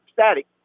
static